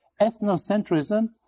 Ethnocentrism